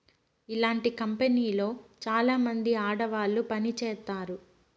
ఇలాంటి కంపెనీలో చాలామంది ఆడవాళ్లు పని చేత్తారు